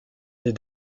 des